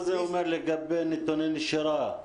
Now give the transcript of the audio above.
מה זה אומר לגבי נתוני נשירה?